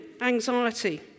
anxiety